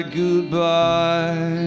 goodbye